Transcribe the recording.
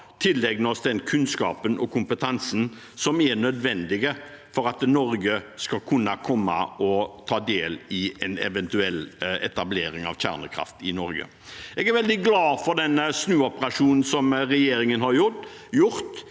tilegne oss den kunnskapen og kompetansen som er nødvendig for at Norge skal kunne ta del i en eventuell etablering av kjernekraft i Norge. Jeg er veldig glad for den snuoperasjonen som regjeringen har gjort,